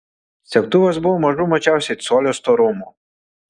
segtuvas buvo mažų mažiausiai colio storumo